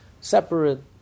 separate